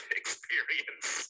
experience